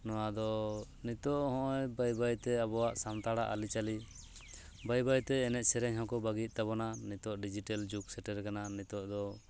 ᱱᱚᱣᱟ ᱫᱚ ᱱᱤᱛᱚᱜ ᱦᱚᱸᱜ ᱚᱭ ᱵᱟᱹᱭ ᱵᱟᱹᱭᱛᱮ ᱟᱵᱚᱣᱟᱜ ᱥᱟᱱᱛᱟᱲᱟᱜ ᱟᱹᱞᱤᱪᱟᱹᱞᱤ ᱵᱟᱹᱭ ᱵᱟᱹᱭᱛᱮ ᱮᱱᱮᱡ ᱥᱮᱨᱮᱧ ᱦᱚᱸᱠᱚ ᱵᱟᱹᱜᱤᱭᱮᱫ ᱛᱟᱵᱚᱱᱟ ᱱᱤᱛᱚᱜ ᱰᱤᱡᱤᱴᱮᱞ ᱡᱩᱜᱽ ᱥᱮᱴᱮᱨ ᱟᱠᱟᱱᱟ ᱱᱤᱛᱚᱜ ᱫᱚ